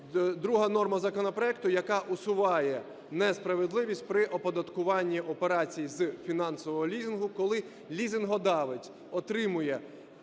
друга норма законопроекту, яка усуває несправедливість при оподаткуванні операцій фінансового лізингу, коли лізинг його давить, отримує